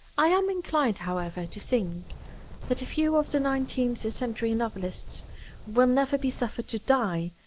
i am inclined, however, to think that a few of the nineteenth-century novelists will never be suffered to die,